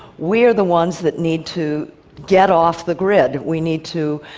we are the ones that need to get off the grid. we need to